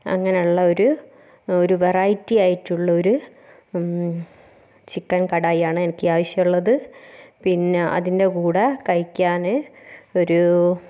അങ്ങനെയുള്ള ഒരു ഒരു വെറൈറ്റി ആയിട്ടുള്ള ഒരു ചിക്കൻ കടായി ആണ് എനിക്ക് ആവശ്യമുള്ളത് പിന്നെ അതിൻ്റെ കൂടെ കഴിക്കാൻ ഒരു